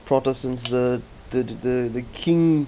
protestants the the the the the king